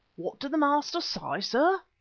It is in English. what did the master say, sir?